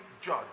judge